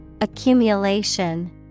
Accumulation